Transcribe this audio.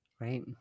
Right